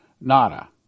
nada